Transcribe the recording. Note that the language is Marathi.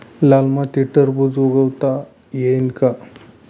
लाल मातीत टरबूज उगवता येईल का?